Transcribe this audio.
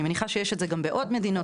אני מניחה שיש את זה בעוד מדינות,